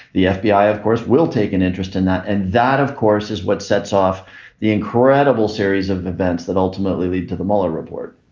the fbi of course will take an interest in that. and that of course is what sets off the incredible series of events that ultimately lead to the mueller report